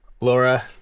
Laura